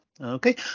Okay